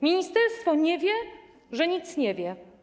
Ministerstwo nie wie, że nic nie wie.